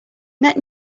net